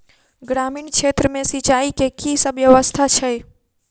ग्रामीण क्षेत्र मे सिंचाई केँ की सब व्यवस्था छै?